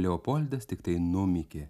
leopoldas tiktai numykė